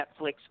Netflix